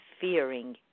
fearing